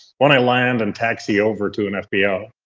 when i land and taxi over to an fbo,